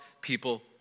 people